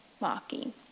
mocking